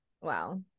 Wow